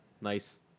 nice